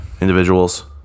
individuals